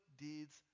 deeds